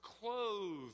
clothed